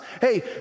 hey